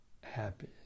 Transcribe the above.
happy